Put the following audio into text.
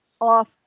off